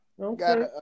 Okay